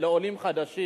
שר הבינוי והשיכון משיב.